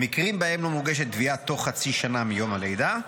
במקרים שבהם לא מוגשת תביעה תוך חצי שנה מיום הלידה,